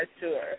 sure